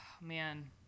Man